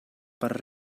per